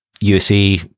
USA